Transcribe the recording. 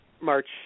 March